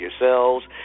yourselves